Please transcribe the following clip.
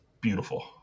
beautiful